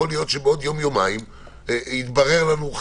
יכול להיות שבעוד יום-יומיים יתברר לנו,